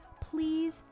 please